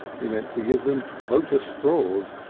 he meant to give them boater straws,